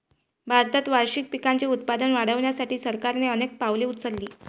भारतात वार्षिक पिकांचे उत्पादन वाढवण्यासाठी सरकारने अनेक पावले उचलली